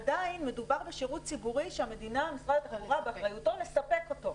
עדיין מדובר בשירות ציבורי המדינה אמורה לספק אותו.